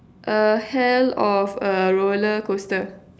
a hell of a roller coaster